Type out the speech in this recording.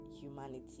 humanity